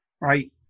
right